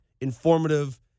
informative